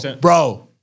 bro